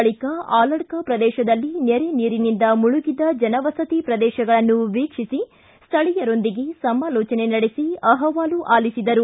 ಬಳಿಕ ಆಲಡ್ಡ ಪ್ರದೇತದಲ್ಲಿ ನೆರೆ ನೀರಿನಿಂದ ಮುಳುಗಿದ ಜನ ವಸತಿ ಪ್ರದೇಶಗಳನ್ನು ವೀಕ್ಷಿಸಿ ಸ್ಥಳಿಯರೊಂದಿಗೆ ಸಮಾಲೋಚನೆ ನಡೆಸಿ ಅಹವಾಲು ಆಲಿಸಿದರು